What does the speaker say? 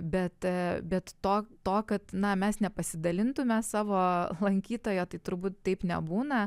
bet bet to to kad na mes nepasidalintume savo lankytojo tai turbūt taip nebūna